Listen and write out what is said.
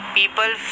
people